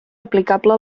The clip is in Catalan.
aplicable